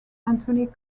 anthony